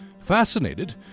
Fascinated